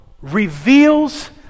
reveals